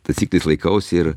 taisyklės laikausi ir